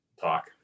talk